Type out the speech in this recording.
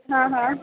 હા હા